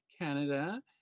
Canada